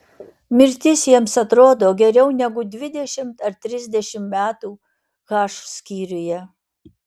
mirtis jiems atrodo geriau negu dvidešimt ar trisdešimt metų h skyriuje